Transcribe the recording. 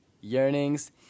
yearnings